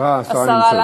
השרה, השרה נמצאת.